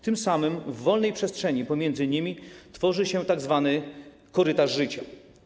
Tym samym w wolnej przestrzeni pomiędzy nimi tworzy się tzw. korytarz życia.